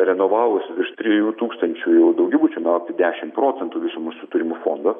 renovavus virš trijų tūkstančių jau daugiau žinokit dešim procentų visų mūsų turimo fondo